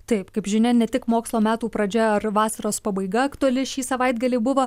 taip kaip žinia ne tik mokslo metų pradžia ar vasaros pabaiga aktuali šį savaitgalį buvo